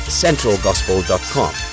centralgospel.com